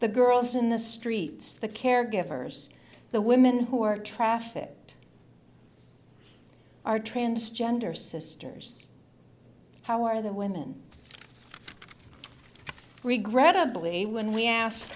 the girls in the streets the caregivers the women who are trafficked are transgender sisters how are that women regrettably when we ask